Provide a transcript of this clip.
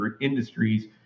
industries